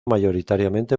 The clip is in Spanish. mayoritariamente